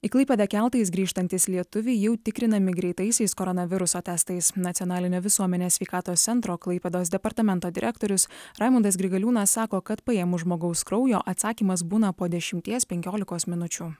į klaipėdą keltais grįžtantys lietuviai jau tikrinami greitaisiais koronaviruso testais nacionalinio visuomenės sveikatos centro klaipėdos departamento direktorius raimundas grigaliūnas sako kad paėmus žmogaus kraujo atsakymas būna po dešimties penkiolikos minučių